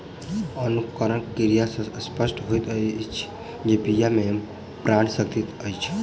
अंकुरण क्रिया सॅ स्पष्ट होइत अछि जे बीया मे प्राण शक्ति अछि